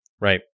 Right